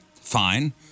Fine